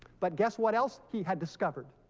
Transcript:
but guess what else he had discovered